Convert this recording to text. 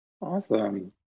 Awesome